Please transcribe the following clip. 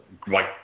Great